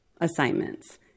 Assignments